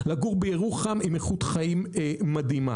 לגור בירוחם עם איכות חיים מדהימה.